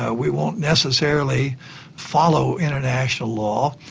ah we won't necessarily follow international law,